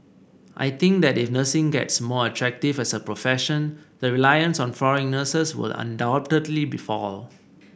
I think that if nursing gets more attractive as a profession the reliance on foreign nurses will undoubtedly be fall